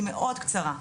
היא מאוד קצרה.